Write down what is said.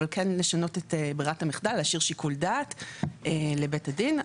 אבל כן לשנות את בררת המחדל ולהשאיר שיקול דעת לבית הדין.